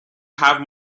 have